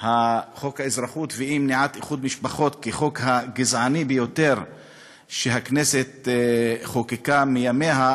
חוק האזרחות ומניעת איחוד משפחות כחוק הגזעני ביותר שהכנסת חוקקה מימיה,